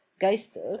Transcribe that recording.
geister